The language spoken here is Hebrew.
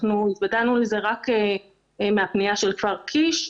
אנחנו התוודענו לזה רק מהפנייה של כפר קיש.